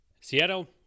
Seattle